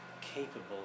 capable